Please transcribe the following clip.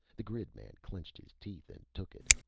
the grid man clenched his teeth and took it.